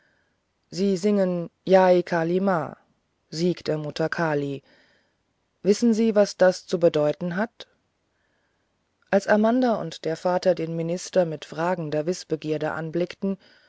sie singen jai kali m sieg der mutter kali wissen sie was das zu bedeuten hat als amanda und der vater den minister mit fragender wißbegierde anblickten